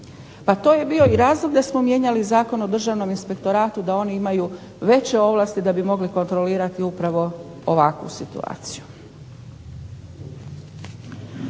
Pa to je bio i razlog da smo mijenjali Zakon o državnom inspektoratu da oni imaju veće ovlasti da bi mogli kontrolirati upravo ovakvu situaciju.